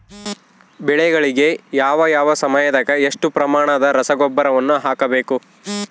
ಬೆಳೆಗಳಿಗೆ ಯಾವ ಯಾವ ಸಮಯದಾಗ ಎಷ್ಟು ಪ್ರಮಾಣದ ರಸಗೊಬ್ಬರವನ್ನು ಹಾಕಬೇಕು?